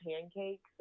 pancakes